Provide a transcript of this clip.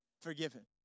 Forgiven